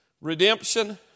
Redemption